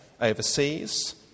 overseas